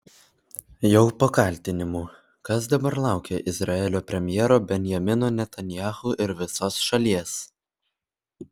jau po kaltinimų kas dabar laukia izraelio premjero benjamino netanyahu ir visos šalies